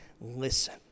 listen